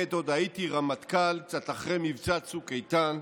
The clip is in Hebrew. עת עוד הייתי רמטכ"ל, קצת אחרי מבצע צוק איתן,